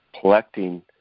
collecting